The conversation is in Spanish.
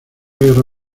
guerra